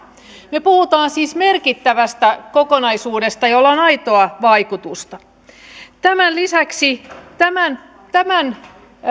me puhumme siis merkittävästä kokonaisuudesta jolla on aitoa vaikutusta tämän lisäksi tämän tämän